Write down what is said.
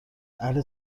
اهل